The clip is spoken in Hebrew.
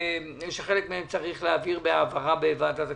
שחלק מהם צריך להעביר בהעברה בוועדת הכספים,